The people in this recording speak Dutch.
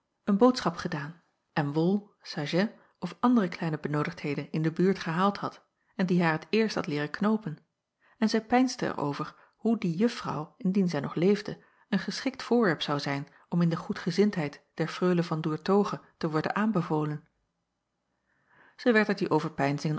een boodschap gedaan en wol sajet of andere kleine benoodigdheden in de buurt gehaald had en die haar t eerst had leeren knoopen en zij peinsde er over hoe die juffrouw indien zij nog leefde een geschikt voorwerp zou zijn om in de goedgezindheid der freule van doertoghe te worden aanbevolen zij werd uit